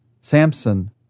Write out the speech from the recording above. Samson